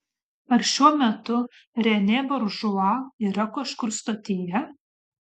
ar šiuo metu renė buržua yra kažkur stotyje